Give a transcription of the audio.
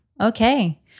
Okay